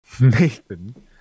Nathan